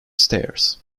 stares